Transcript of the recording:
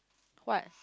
what